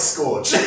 Scorch